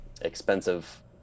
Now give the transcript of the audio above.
expensive